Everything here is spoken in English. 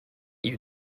you